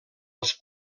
els